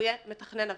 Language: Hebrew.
והוא יהיה מתכנן הוועדה,